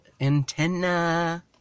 antenna